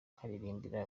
nkaririmbira